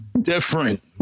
different